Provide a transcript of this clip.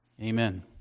amen